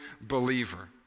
believer